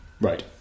Right